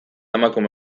emakume